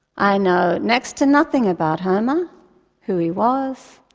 i know next to nothing about homer who he was,